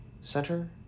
Center